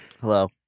hello